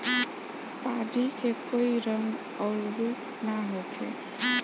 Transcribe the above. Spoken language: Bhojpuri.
पानी के कोई रंग अउर रूप ना होखें